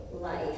life